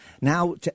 now